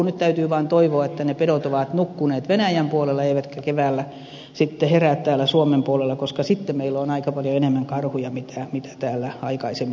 nyt täytyy vain toivoa että ne pedot ovat nukkuneet venäjän puolella eivätkä keväällä sitten herää täällä suomen puolella koska sitten meillä on aika paljon enemmän karhuja kuin täällä aikaisemmin on ollut